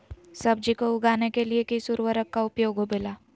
सब्जी को उगाने के लिए किस उर्वरक का उपयोग होबेला?